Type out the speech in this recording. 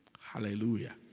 Hallelujah